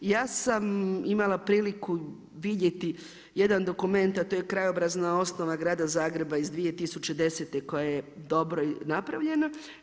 Ja sam imala priliku vidjeti jedan dokument, a to je krajobrazna osnova grada Zagreba iz 2010. koja je dobro napravljena.